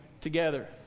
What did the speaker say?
together